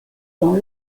dans